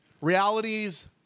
Realities